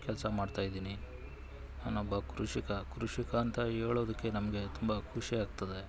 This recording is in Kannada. ಕೆಲಸ ಮಾಡ್ತಾಯಿದ್ದೀನಿ ನಾನೊಬ್ಬ ಕೃಷಿಕ ಕೃಷಿಕ ಅಂತ ಹೇಳೋದಕ್ಕೆ ನಮಗೆ ತುಂಬ ಖುಷಿ ಆಗ್ತದೆ